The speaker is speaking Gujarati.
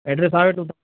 એડ્રેસ આવે તો હું